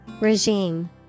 Regime